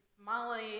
Molly